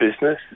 business